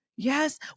Yes